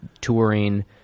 touring